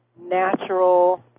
natural